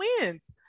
wins